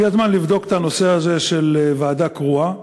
הגיע הזמן לבדוק את הנושא הזה של ועדה קרואה.